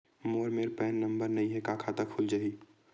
मोर मेर PAN number नई हे का खाता खुल जाही?